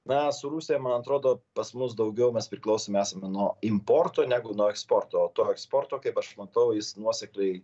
na su rusija man atrodo pas mus daugiau mes priklausomi esame nuo importo negu nuo eksporto o to eksporto kaip aš matau jis nuosekliai